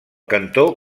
cantó